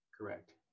correct